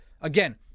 again